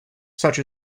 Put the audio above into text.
such